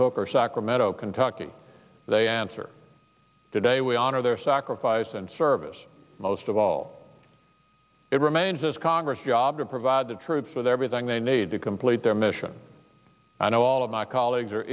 hook or sacramento kentucky they answer today we honor their sacrifice and service most of all it remains is congress job to provide the troops with everything they need to complete their mission i know all of my colleagues are